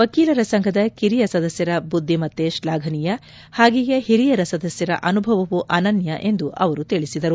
ವಕೀಲರ ಸಂಘದ ಕಿರಿಯ ಸದಸ್ನರ ಬುದ್ದಿಮತ್ತೆ ಶ್ಲಾಘನೀಯ ಹಾಗೆಯೇ ಹಿರಿಯ ಸದಸ್ನರ ಅನುಭವವೂ ಅನನ್ನ ಎಂದು ಅವರ ತಿಳಿಸಿದರು